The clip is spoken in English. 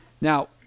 Now